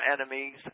enemies